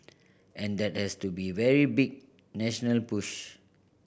and that has to be very big national push